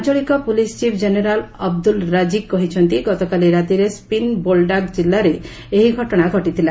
ଆଞ୍ଚଳିକ police chief general Abdul Raziq କହିଛନ୍ତି ଗତକାଲି ରାତିରେ ସ୍ୱିନ୍ ବୋଲ୍ଡାକ୍ ଜିଲ୍ଲାରେ ଏହି ଘଟଣା ଘଟିଥିଲା